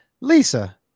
Lisa